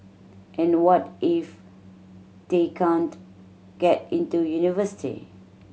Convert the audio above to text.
and what if they can't get into university